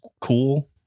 cool